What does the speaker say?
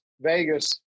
Vegas